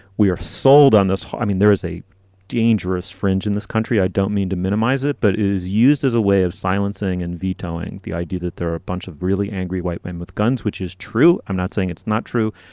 we are sold on this. i mean, there is a dangerous fringe in this country. i don't mean to minimize it, but it is used as a way of silencing and vetoing the idea that there are a bunch of really angry white men with guns, which is true. i'm not saying it's not true,